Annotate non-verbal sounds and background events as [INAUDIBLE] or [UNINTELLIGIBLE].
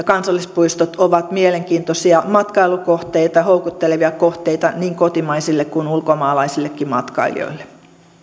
[UNINTELLIGIBLE] kansallispuistot ovat mielenkiintoisia matkailukohteita houkuttelevia kohteita niin kotimaisille kuin ulkomaalaisillekin matkailijoille